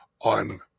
on